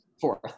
fourth